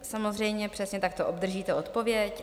Samozřejmě přesně takto obdržíte odpověď.